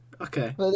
okay